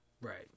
Right